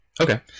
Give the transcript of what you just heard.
Okay